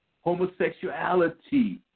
Homosexuality